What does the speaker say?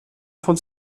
von